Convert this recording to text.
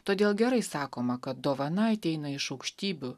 todėl gerai sakoma kad dovana ateina iš aukštybių